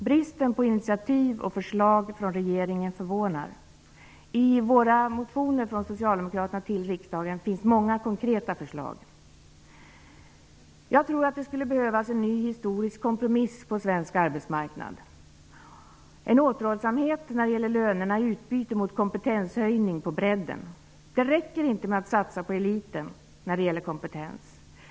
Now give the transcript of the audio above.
Bristen på initiativ och förslag från regeringen förvånar. I de socialdemokratiska motionerna till riksdagen finns många konkreta förslag. Jag tror att det skulle behövas en ny historisk kompromiss på svensk arbetsmarknad, en återhållsamhet när det gäller lönerna i utbyte mot kompetenshöjning på bredden. Det räcker inte med att satsa på eliten när det gäller kompetens.